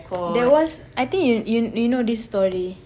there was I think you you you know this story